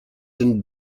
and